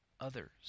others